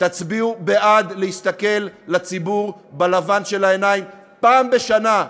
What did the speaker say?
תצביעו בעד להסתכל לציבור בלבן של העיניים פעם בשנה,